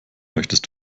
möchtest